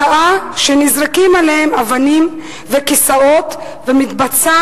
שעה שנזרקים עליהם אבנים וכיסאות ומתבצע